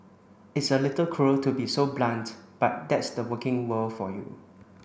it's a little cruel to be so blunt but that's the working world for you